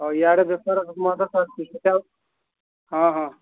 ଇୟାଡ଼େ ବେପାର ମାନ୍ଦା ଚାଲିଛି ସେଟା ହଁ ହଁ